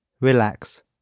relax